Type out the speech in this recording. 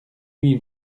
lui